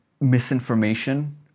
misinformation